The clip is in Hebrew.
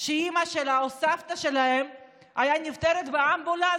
שאימא שלו או סבתא שלו הייתה נפטרת באמבולנס